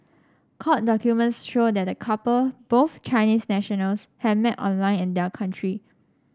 court documents show that the couple both Chinese nationals had met online in their country